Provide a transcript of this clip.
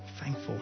thankful